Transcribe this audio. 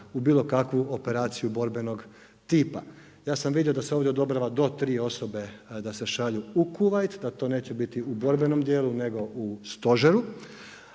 u bilo kakvu operaciju borbenog tipa, ja sam vidio da se ovdje odobrava do 3 osobe da se šalju u Kuvajt, da to neće biti u borbenom djelu, nego u stožeru,